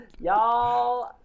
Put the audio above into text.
y'all